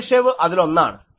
Chebyshev അതിലൊന്നാണ്